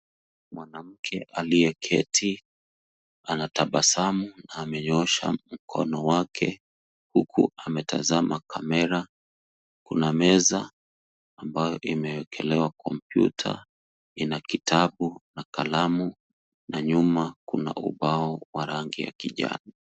Mwanamke aliyeketi anatabasamu na amenyosha mkono wake huku ametazama kamera. Kuna meza ambayo imewekelewa kompyuta. Ina kitabu na kalamu na nyuma kuna ubao wa rangi ya kijani.